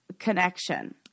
connection